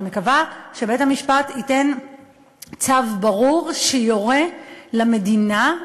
אני מקווה שבית-המשפט ייתן צו ברור שיורה למדינה,